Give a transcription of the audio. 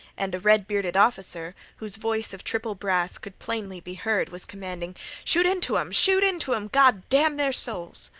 and a red-bearded officer, whose voice of triple brass could plainly be heard, was commanding shoot into em! shoot into em, gawd damn their souls!